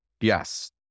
Yes